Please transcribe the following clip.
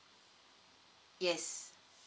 yes